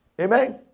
Amen